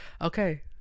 okay